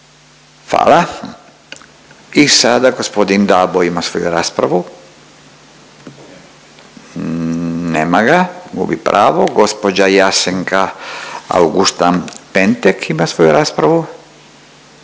Hvala. I sada g. Dabo ima svoju raspravu. Nema ga, gubi pravo. Gđa. Jasenka Auguštan-Pentek ima svoju raspravu.